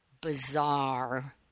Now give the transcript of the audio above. bizarre